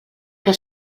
que